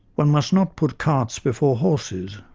one must not put carts before horses.